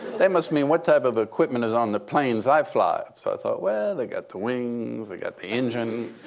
they must mean what type of equipment is on the planes i fly. so i thought, well, they got the wings, they got the engine.